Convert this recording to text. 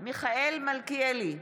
מיכאל מלכיאלי,